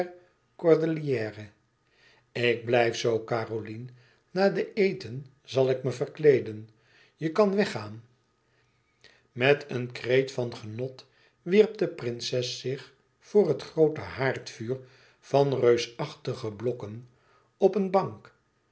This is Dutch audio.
cordelière ik blijf zoo caroline na den eten zal ik me verkleeden je kan weggaan met een kreet van genot wierp de prinses zich voor het groote haardvuur van reusachtige blokken op een bank